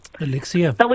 Alexia